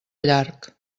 llarg